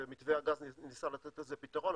ומבנה הגז ניסה לתת לזה פתרון,